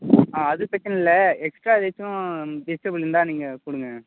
அது செக்கெண்ட்டில் எக்ஸ்ட்ரா எதாச்சும் இருந்தால் நீங்கள் கொடுங்க